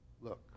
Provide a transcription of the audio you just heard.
Look